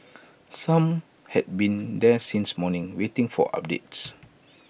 some had been there since morning waiting for updates